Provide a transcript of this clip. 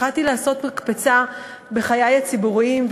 החלטתי לעשות הקפצה בחיי הציבוריים,